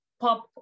pop